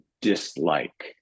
dislike